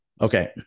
Okay